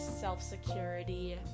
self-security